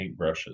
paintbrushes